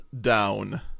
down